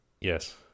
yes